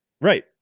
Right